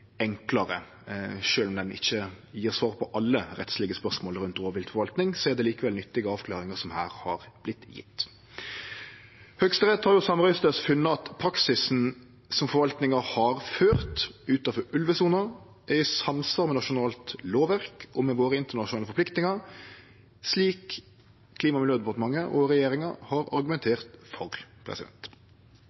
enklare. Sjølv om han ikkje gjev svar på alle rettslege spørsmål rundt rovviltforvalting, er det likevel nyttige avklaringar som her har vorte gjevne. Høgsterett har samrøystes funne at praksisen som forvaltinga har ført utanfor ulvesona, er i samsvar med nasjonalt lovverk og med dei internasjonale forpliktingane våre, slik Klima- og miljødepartementet og regjeringa har argumentert for.